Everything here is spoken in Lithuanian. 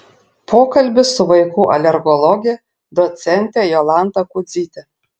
pokalbis su vaikų alergologe docente jolanta kudzyte